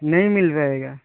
नहीं मिल पाएगा